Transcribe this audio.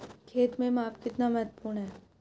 खेत में माप कितना महत्वपूर्ण है?